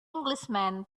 englishman